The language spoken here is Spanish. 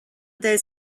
del